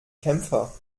kämpfer